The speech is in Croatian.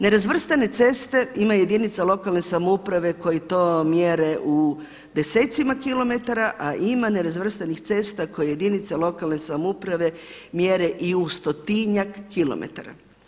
Nerazvrstane ceste ima jedinica lokalne samouprave koje to mjere u desecima kilometara, a ima nerazvrstanih cesta koje jedinica lokalne samouprave mjere i u stotinjak kilometara.